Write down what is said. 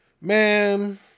Man